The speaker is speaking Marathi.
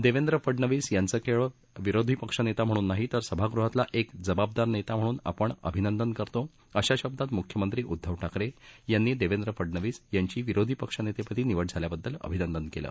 देवेंद्र फडणवीस यांचं केवळ विरोधी पक्षनेता म्हणून नाही तर सभागृहातला एक जबाबदार नेता म्हणून आपण त्यांचं अभिनंदन करतो अशा शब्दांत मुख्यमंत्री उद्धव ठाकरे यांनी देवेंद्र फडणवीस यांची विरोधी पक्षनेतेपदी निवड झाल्याबद्दल अभिनंदन केलं